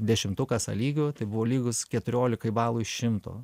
dešimtukas a lygiu tai buvo lygus keturiolikai balų iš šimto